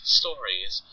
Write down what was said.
stories